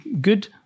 good